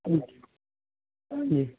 ਠੀਕ ਐ ਜੀ